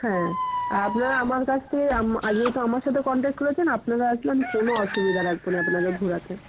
হ্যাঁ আর আপনারা আমার কাছ থেকে আম যেহেতু আমার সাথে কনট্যাক্ট করেছেন আপনারা আসলে আমি কোনও অসুবিধা রাখব না আপনাদের ঘোরাতে